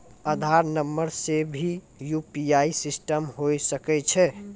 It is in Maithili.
आधार नंबर से भी यु.पी.आई सिस्टम होय सकैय छै?